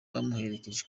bamuherekeje